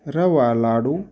रवा लाडू